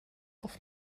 auf